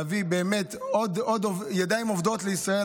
להביא עוד ידיים עובדות לישראל,